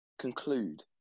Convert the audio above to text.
conclude